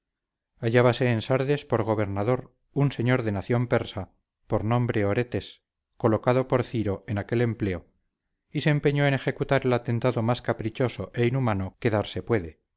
hallábase en sardes por gobernador un señor de nación persa por nombre oretes colocado por ciro en aquel empleo y se empeñó en ejecutar el atentado más caprichoso e inhumano que darse puede